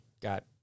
got